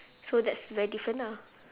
so that's very different ah